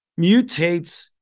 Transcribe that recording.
mutates